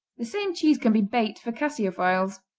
the same cheese can be bait for caseophiles.